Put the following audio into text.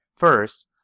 First